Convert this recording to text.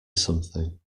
something